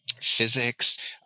physics